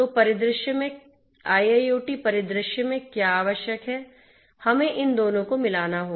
तो IIoT परिदृश्य में क्या आवश्यक है हमें इन दोनों को मिलाना होगा